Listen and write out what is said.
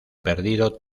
perdido